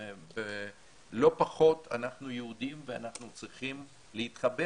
אנחנו לא פחות יהודים ואנחנו צריכים להתחבר